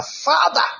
father